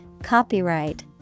copyright